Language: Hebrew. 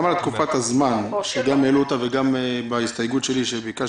גם את נושא התקופה העלו, גם בהסתייגות שלי שביקשתי